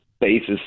basis